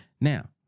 Now